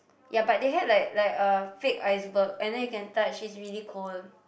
ya but they had like like a fake iceberg and then you can touch it's really cold